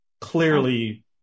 clearly